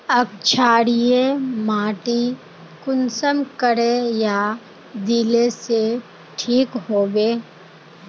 क्षारीय माटी कुंसम करे या दिले से ठीक हैबे?